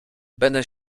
będę